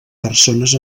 persones